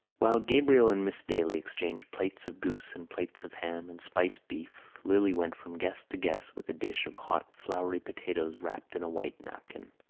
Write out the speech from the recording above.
while gabriel and miss daly exchanged plates of goose and plates of ham and spiced beef lily went from guest to guest with a dish of hot floury potatoes wrapped in a white napkin.